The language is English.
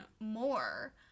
more